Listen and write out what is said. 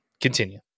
continue